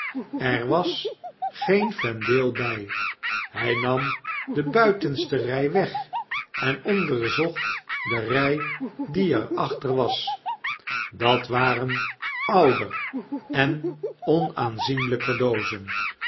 er was geen vendale by i hij nam de buitenste rij weg en onderzocht de rij die er achter was dat waren ouder en onaanzienljjker doozen